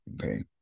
Okay